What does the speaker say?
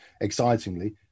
excitingly